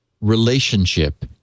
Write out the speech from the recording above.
relationship